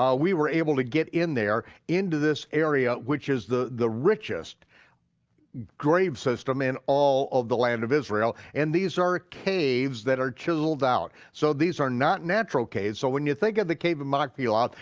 we were able to get in there, into this area, which is the the richest grave system in all of the land of israel, and these are caves that are chiseled out. so these are not natural caves. so when you think of the cave of machpelah,